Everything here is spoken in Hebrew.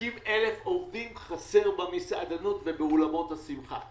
50,000 חסרים במסעדנות ובאולמות השמחה.